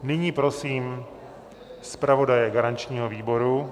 Nyní prosím zpravodaje garančního výboru...